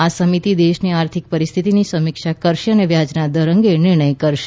આ સમિતિ દેશની આર્થિક પરિસ્થિતિની સમીક્ષા કરશે અને વ્યાજના દર અંગે નિર્ણય કરશે